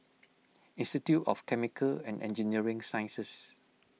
Institute of Chemical and Engineering Sciences